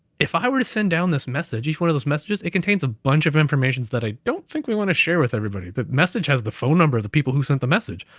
if i were to send down this message, each one of those messages, it contains a bunch of informations that i don't think we want to share with everybody. that message has the phone number of the people who sent the message.